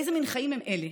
איזה מין חיים הם אלה?